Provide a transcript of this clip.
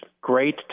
great